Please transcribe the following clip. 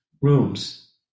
rooms